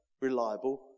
reliable